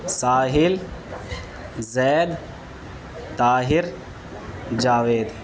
Sahil Zaid Tahir Javed